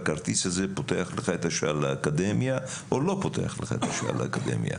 הכרטיס הזה פותח לך את השער לאקדמיה או לא פותח לך את השער לאקדמיה.